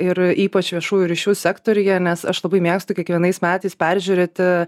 ir ypač viešųjų ryšių sektoriuje nes aš labai mėgstu kiekvienais metais peržiūrėti